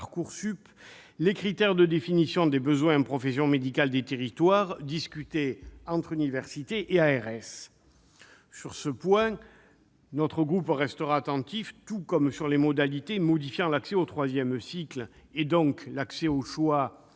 les critères de définition des besoins en professions médicales des territoires, discutés entre universités et ARS. Sur ces points, notre groupe restera attentif. Il le sera aussi sur les modalités modifiant l'accès au troisième cycle, et donc au choix